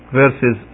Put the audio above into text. verses